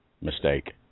mistake